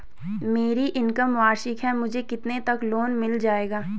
मेरी इनकम वार्षिक है मुझे कितने तक लोन मिल जाएगा?